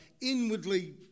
inwardly